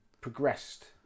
progressed